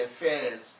affairs